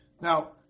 Now